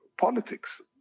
politics